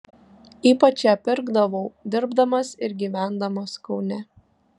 ypač ją pirkdavau dirbdamas ir gyvendamas kaune